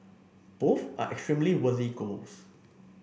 both are extremely worthy goals